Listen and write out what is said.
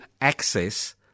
access